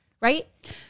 right